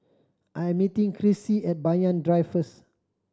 I'm meeting Krissy at Banyan Drive first